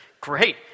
great